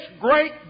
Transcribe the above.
great